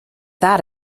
that